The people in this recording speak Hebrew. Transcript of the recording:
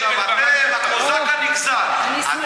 או, אני שמחה.